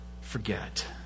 forget